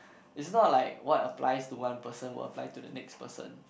it's not like what applies to one person will apply to the next person